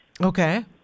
Okay